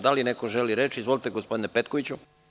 Da li neko želi reč? (Da) Izvolite gospodine Petkoviću.